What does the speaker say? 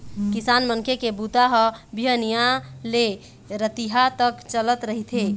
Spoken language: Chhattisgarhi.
किसान मनखे के बूता ह बिहनिया ले रतिहा तक चलत रहिथे